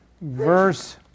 verse